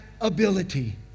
ability